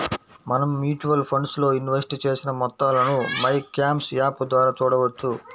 మనం mutual funds లో invest చేసిన మొత్తాలను మైక్యామ్స్ యాప్ ద్వారా చూడవచ్చు